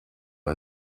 are